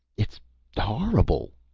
it's horrible!